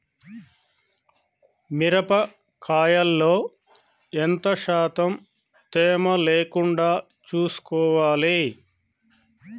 మిరప కాయల్లో ఎంత శాతం తేమ లేకుండా చూసుకోవాలి?